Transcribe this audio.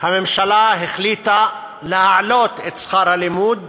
הממשלה החליטה להעלות את שכר הלימוד